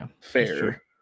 fair